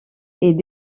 est